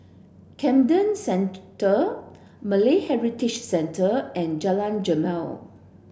Camden Centre Malay Heritage Centre and Jalan Jamal